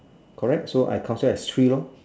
correct so I consider as three lor